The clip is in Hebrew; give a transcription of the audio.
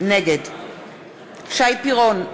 נגד שי פירון,